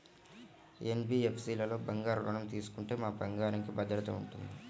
NBFC లలో బంగారు ఋణం తీసుకుంటే మా బంగారంకి భద్రత ఉంటుందా?